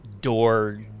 door